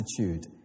attitude